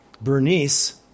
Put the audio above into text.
Bernice